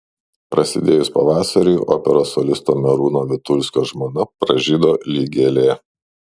prasidėjus pavasariui operos solisto merūno vitulskio žmona pražydo lyg gėlė